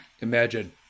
Imagine